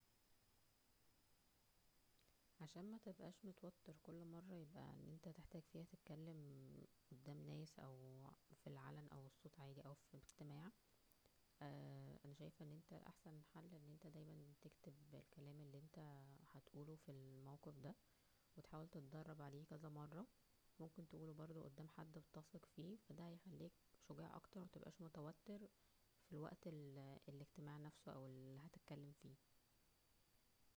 عشان متبقاش متوتر فى كل مرة انت محتاج ان انت تتكلم-م-م قدام ناس او فى العلن او بصوت عالى او فى اجتماع اه- انا شايفة ان انت احسن حل ان انت دايما تكتب الكلام اللى انت هتقوله فى الموقف دا وتحاول تدرب عليه كذا مرة وممكن تقوله برده قدام حد بتثق فيه, دا هيخليك شجاع اكتر ومتبقاش متوتر وقت الاجتماع نفسه او وقت ال- اللى هتتكلم فيه